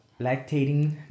Lactating